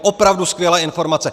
Opravdu skvělé informace.